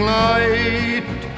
light